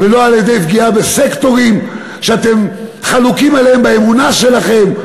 ולא על-ידי פגיעה בסקטורים שאתם חלוקים עליהם באמונה שלכם.